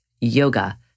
yoga